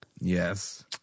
Yes